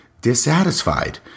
dissatisfied